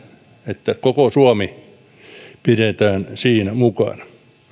että koko suomi pidetään siinä mukana